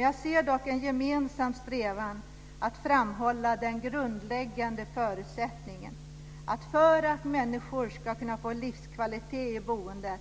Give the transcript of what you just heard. Jag ser dock en gemensam strävan att framhålla den grundläggande förutsättningen att för att människor ska kunna få livskvalitet i boendet